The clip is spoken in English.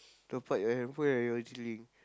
top-up your handphone and your E_Z-Link